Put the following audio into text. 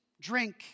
drink